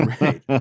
right